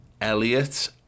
Elliot